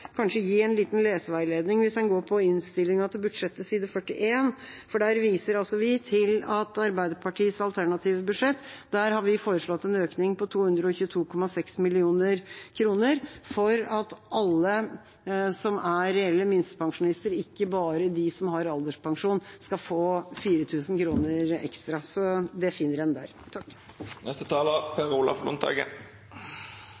kanskje gi en liten leseveiledning. Hvis en går til side 41 i innstillingen til budsjettet, viser vi der til at vi i Arbeiderpartiets alternative budsjett har foreslått en økning på 222,6 mill. kr, slik at alle som er reelle minstepensjonister, ikke bare de som har alderspensjon, skal få 4 000 kr ekstra. Det finner en der.